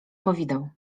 powideł